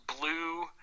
blue